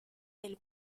del